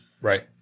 Right